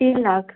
तीन लाख